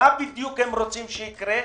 מה הם רוצים שיקרה?